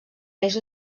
més